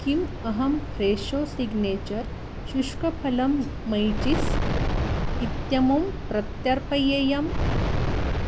किम् अहं Fresho signature शुष्कफलं मैचीस् इत्यमुं प्रत्यर्पयेयम्